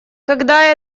когда